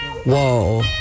Whoa